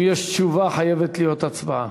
אם יש תשובה חייבת להיות הצבעה.